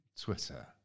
Twitter